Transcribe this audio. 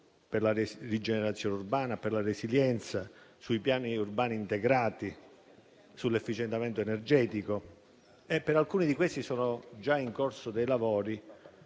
per la rigenerazione urbana e per la resilienza e quelle sui piani urbani integrati e sull'efficientamento energetico). Per alcune di esse sono già in corso dei lavori